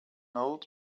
old